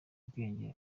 ubwenge